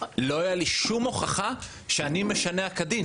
לא תהיה לי שום הוכחה שאני משנע כדין.